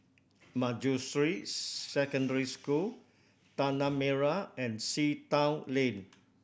Manjusri Secondary School Tanah Merah and Sea Town Lane